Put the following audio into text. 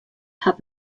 hat